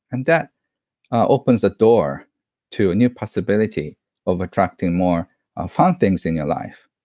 and that opens a door to a new possibility of attracting more ah fun things in your life.